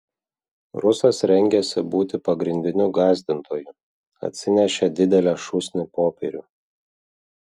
rusas rengėsi būti pagrindiniu gąsdintoju atsinešė didelę šūsnį popierių